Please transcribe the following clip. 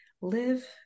live